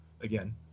again